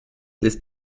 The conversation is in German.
ist